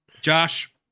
Josh